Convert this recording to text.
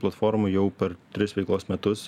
platformoj jau per tris veiklos metus